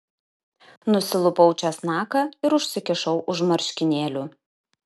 nusilupau česnaką ir užsikišau už marškinėlių